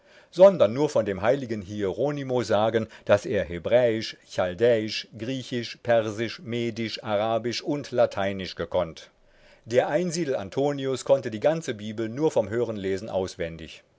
sondern nur von dem heiligen hieronymo sagen daß er hebräisch chaldäisch griechisch persisch medisch arabisch und lateinisch gekönnt der einsiedel antonius konnte die ganze bibel nur vom hörenlesen auswendig